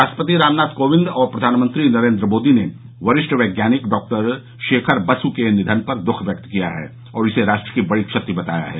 राष्ट्रपति रामनाथ कोविंद और प्रधानमंत्री नरेन्द्र मोदी ने वरिष्ठ वैज्ञानिक डॉक्टर शेखर बसु के निधन पर द्ख व्यक्त किया है और इसे राष्ट्र की बड़ी क्षति बताया है